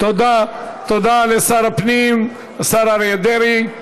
תודה לשר הפנים, השר אריה דרעי.